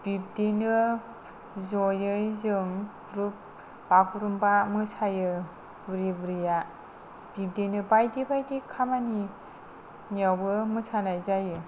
बिदिनो जयै जों ग्रुप बागुरुम्बा मोसायो बुरि बुरिया बिब्दिनो बायदि बायदि खामानियावबो मोसानाय जायो